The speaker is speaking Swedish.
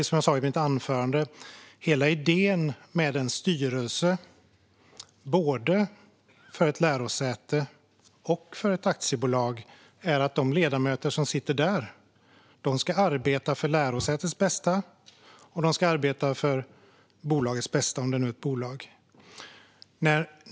Som jag sa i mitt anförande: Hela idén med en styrelse för både ett lärosäte och ett aktiebolag är att de ledamöter som sitter där ska arbeta för lärosätets eller bolagets bästa.